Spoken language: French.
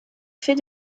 fait